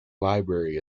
library